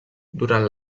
durant